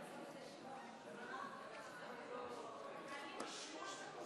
חבר הכנסת איתן, אני מתפלא עליך.